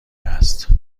هست